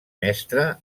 mestre